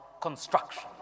construction